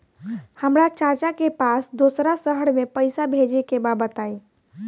हमरा चाचा के पास दोसरा शहर में पईसा भेजे के बा बताई?